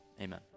Amen